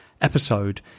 episode